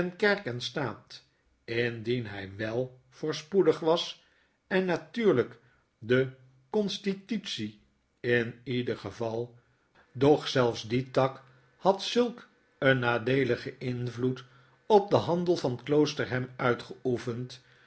kerk en staat indien hy wel voorspoedig was en natuurlyk de constitute in iedr geval doch zells die tak had zulk een nadeeligen invloed op den handel van kloosterham uitgeoefend